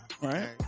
right